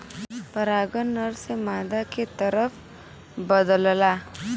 परागन नर से मादा के तरफ बदलला